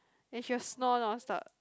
then she will snore non stop